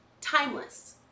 Timeless